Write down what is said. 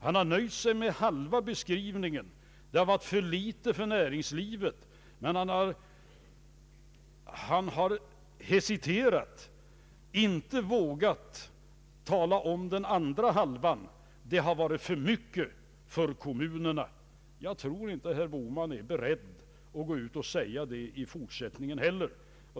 Han har nöjt sig med halva be skrivningen — det har varit för litet för näringslivet — men han har inte vågat tala om den andra halvan — att det har varit för mycket för kommunerna. Jag tror inte heller att herr Bohman är beredd att gå ut och säga det 1 fortsättningen.